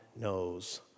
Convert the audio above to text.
knows